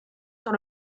sur